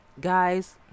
Guys